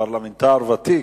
פרלמנט ותיק,